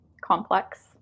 complex